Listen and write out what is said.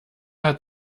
hat